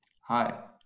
Hi